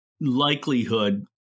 likelihood